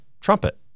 trumpet